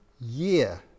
year